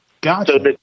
Gotcha